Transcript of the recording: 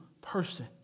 person